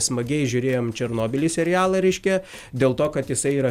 smagiai žiūrėjom černobylį serialą reiškia dėl to kad jisai yra